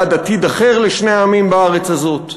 בעד עתיד אחר לשני העמים בארץ הזאת.